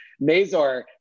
Mazor